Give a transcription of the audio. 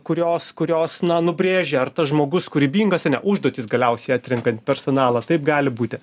kurios kurios na nubrėžia ar tas žmogus kūrybingas a ne užduotys galiausiai atrenkant personalą taip gali būti